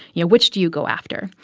you know, which do you go after?